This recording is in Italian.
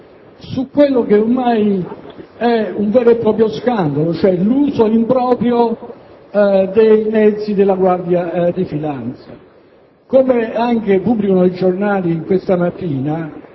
su quello che è un vero e proprio scandalo: mi riferisco all'uso improprio dei mezzi della Guardia di finanza. Come è stato pubblicato sui giornali questa mattina,